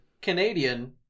Canadian